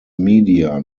media